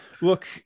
Look